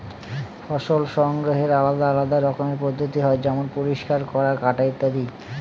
ফসল সংগ্রহের আলাদা আলদা রকমের পদ্ধতি হয় যেমন পরিষ্কার করা, কাটা ইত্যাদি